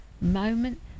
moment